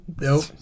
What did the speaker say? Nope